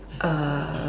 uh